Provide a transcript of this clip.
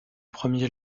premier